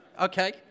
Okay